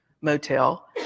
motel